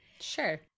Sure